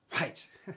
Right